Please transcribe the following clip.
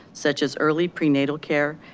such as early prenatal care,